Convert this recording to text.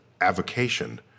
avocation